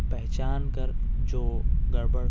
پہچان کر جو گڑبڑ